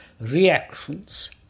reactions